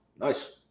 nice